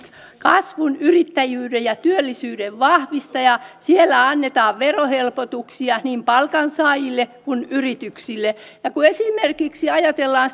kasvun yrittäjyyden ja työllisyyden vahvistaja annetaan verohelpotuksia niin palkansaajille kuin yrityksille ja kun esimerkiksi ajatellaan